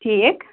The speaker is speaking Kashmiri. ٹھیٖک